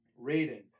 Raiden